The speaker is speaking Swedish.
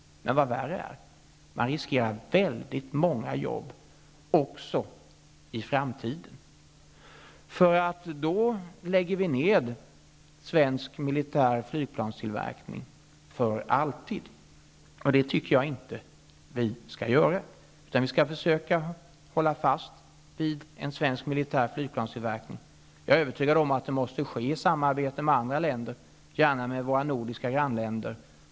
Men värre är att många arbetstillfällen riskeras i framtiden. Då läggs svensk militär flygplanstillverkning ner för alltid. Det tycker jag inte skall ske. Vi skall försöka hålla fast vid en svensk militär flygplanstillverkning. Jag är övertygad om att det måste ske i samarbete med andra länder -- gärna med våra nordiska grannländer.